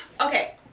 okay